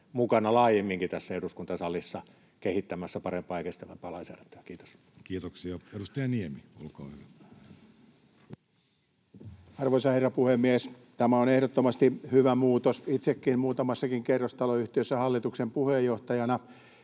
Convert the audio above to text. mukana laajemminkin tässä eduskuntasalissa kehittämässä parempaa ja kestävämpää lainsäädäntöä. — Kiitos. Kiitoksia. — Edustaja Niemi, olkaa hyvä. Arvoisa herra puhemies! Tämä on ehdottomasti hyvä muutos. Itsekin olen muutamassakin kerrostaloyhtiössä hallituksen puheenjohtajana,